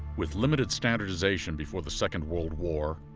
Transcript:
with limited standardization before the second world war,